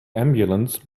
ambulance